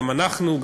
גם אנחנו,